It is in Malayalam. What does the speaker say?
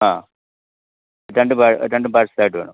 ആ രണ്ട് പാഴ് രണ്ടും പാഴ്സലായിട്ട് വേണം